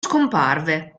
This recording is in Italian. scomparve